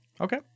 Okay